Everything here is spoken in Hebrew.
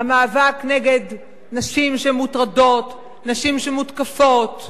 המאבק נגד תופעה של נשים שמוטרדות, נשים שמותקפות,